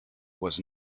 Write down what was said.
was